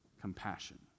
compassion